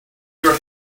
your